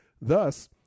thus